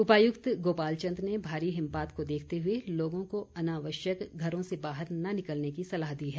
उपायुक्त गोपाल चंद ने भारी हिमपात को देखते हुए लोगों को अनावश्यक घरों से बाहर न निकलने की सलाह दी है